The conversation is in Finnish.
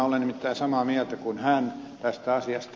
olen nimittäin samaa mieltä kuin hän tästä asiasta